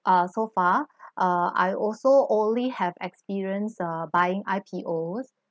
uh so far uh I also only have experience uh buying I_P_Os